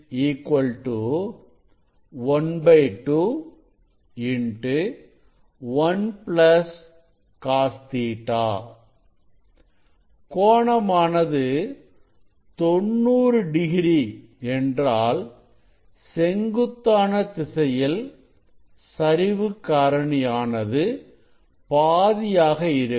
KƟ ½ 1 Cos Ɵ கோணமானது 90 degree என்றால் செங்குத்தான திசையில் சரிவுக்காரணி ஆனது பாதியாக இருக்கும்